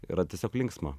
yra tiesiog linksma